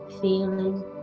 feeling